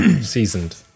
Seasoned